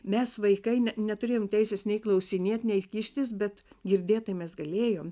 mes vaikai ne neturėjom teisės nei klausinėt nei kištis bet girdėt tai mes galėjom